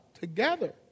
together